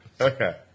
Okay